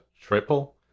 triple